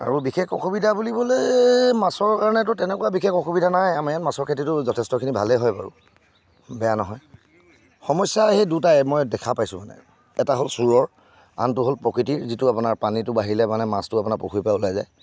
আৰু বিশেষ অসুবিধা বুলিবলৈ মাছৰ কাৰণেতো তেনেকুৱা বিশেষ অসুবিধা নাই আমাৰ ইয়াত মাছৰ খেতিটো যথেষ্টখিনি ভালেই হয় বাৰু বেয়া নহয় সমস্যা সেই দুটাই মই দেখা পাইছোঁ মানে এটা হ'ল চোৰৰ আনটো হ'ল প্ৰকৃতিৰ যিটো আপোনাৰ পানীটো বাঢ়িলে মানে মাছটো আপোনাৰ পুখুৰীৰ পৰা ওলাই যায়